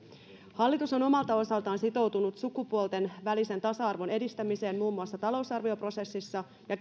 hallitus on omalta osaltaan sitoutunut sukupuolten välisen tasa arvon edistämiseen muun muassa talousarvioprosessissa ja